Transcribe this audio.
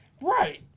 Right